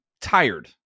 tired